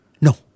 No